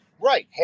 Right